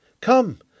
Come